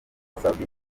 saoudite